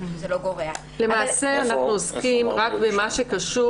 למעשה אנחנו עוסקים רק במה שקשור